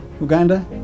Uganda